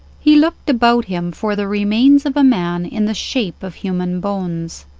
he looked about him for the remains of a man in the shape of human bones.